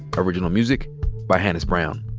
original music by hannis brown.